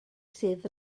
sydd